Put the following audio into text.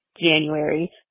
January